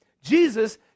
jesus